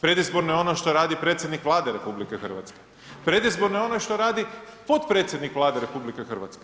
Predizborno je ono što radi predsjednik Vlade RH, predizborno je ono što radi potpredsjednik Vlade RH.